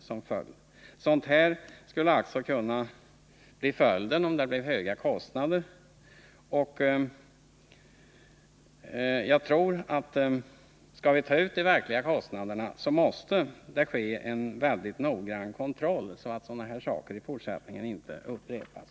Sådant skulle alltså kunna bli följden om det blev höga kostnader. Jag tror att om vi skall ta ut de verkliga kostnaderna, så måste det ske en mycket noggrann kontroll, så att sådana här händelser inte upprepas.